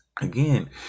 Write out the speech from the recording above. again